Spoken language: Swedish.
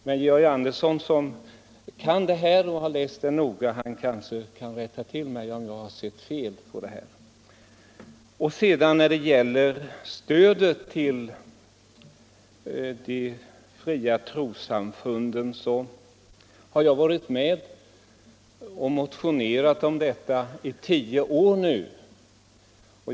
Men herr Andersson i Lycksele som har läst artikeln noga kanske kan rätta mig om jag har sett fel. När det gäller stödet till de fria trossamfunden har jag varit med och motionerat om detta i tio år.